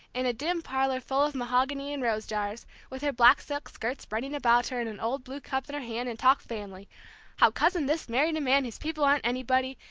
in a dim parlor full of mahogany and rose jars, with her black silk skirts spreading about her, and an old blue cup in her hand, and talk family how cousin this married a man whose people aren't anybody,